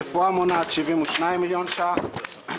רפואה מונעת 72 מיליון שקלים,